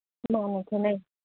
ꯈꯦꯠꯅꯩ